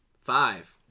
Five